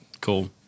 Cool